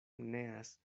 neas